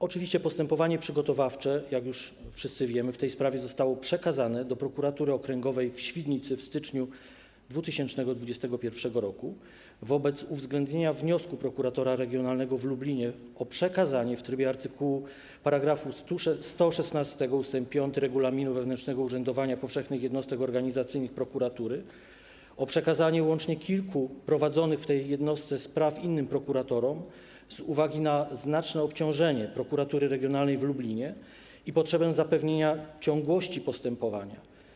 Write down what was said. Oczywiście postępowanie przygotowawcze, jak już wszyscy wiemy, w tej sprawie zostało przekazane do Prokuratury Okręgowej w Świdnicy w styczniu 2021 r. wobec uwzględnienia wniosku prokuratora regionalnego w Lublinie o przekazanie w trybie § 116 ust. 5 regulaminu wewnętrznego urzędowania powszechnych jednostek organizacyjnych prokuratury o przekazanie łącznie kilku prowadzonych w tej jednostce spraw innym prokuratorom z uwagi na znaczne obciążenie Prokuratury Regionalnej w Lublinie i potrzebę zapewnienia ciągłości postępowania.